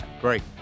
Great